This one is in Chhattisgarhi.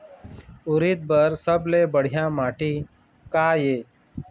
उरीद बर सबले बढ़िया माटी का ये?